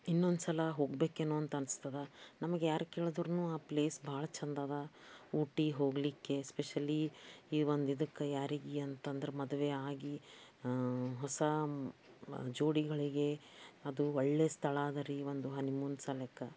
ಇನ್ನೊಂದುಸಲ ಹೋಗಬೇಕೇನೋ ಅಂಥ ಅನ್ನಿಸ್ತದ ನಮ್ಗೆ ಯಾರು ಕೇಳಿದ್ರೂ ಆ ಪ್ಲೇಸ್ ಭಾಳ ಚಂದದ ಊಟಿ ಹೋಗಲಿಕ್ಕೆ ಎಸ್ಪೆಷಲಿ ಈ ಒಂದು ಇದಕ್ಕೆ ಯಾರಿಗೆ ಅಂತ ಅಂದ್ರೆ ಮದುವೆ ಆಗಿ ಹೊಸ ಜೋಡಿಗಳಿಗೆ ಅದು ಒಳ್ಳೆಯ ಸ್ಥಳ ಅದ ರೀ ಒಂದು ಹನಿಮೂನ್ ಸಲಕ್ಕೆ